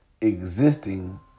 existing